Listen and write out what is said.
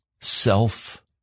self